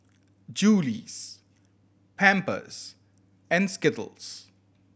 Julie's Pampers and Skittles